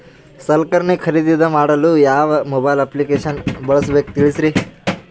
ಸಲಕರಣೆ ಖರದಿದ ಮಾಡಲು ಯಾವ ಮೊಬೈಲ್ ಅಪ್ಲಿಕೇಶನ್ ಬಳಸಬೇಕ ತಿಲ್ಸರಿ?